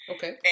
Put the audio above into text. Okay